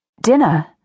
Dinner